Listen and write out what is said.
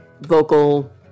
vocal